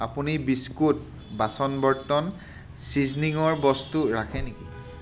আপুনি বিস্কুট বাচন বৰ্তন ছিজনিঙৰ বস্তু ৰাখে নেকি